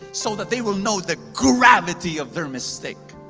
so that they will know the gravity of their mistake.